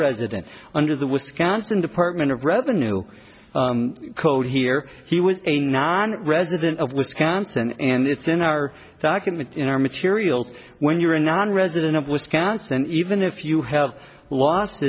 resident under the wisconsin department of revenue code here he was a non resident of wisconsin and it's in our back and in our materials when you're a non resident of wisconsin even if you have los